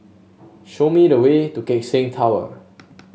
show me the way to Keck Seng Tower